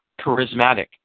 charismatic